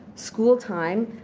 school time,